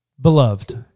Beloved